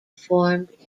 formed